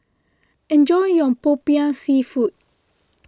enjoy your Popiah Seafood